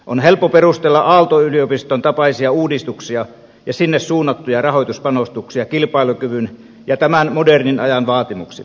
on helppo perustella aalto yliopiston tapaisia uudistuksia ja sinne suunnattuja rahoituspanostuksia kilpailukyvyn ja tämän modernin ajan vaatimuksilla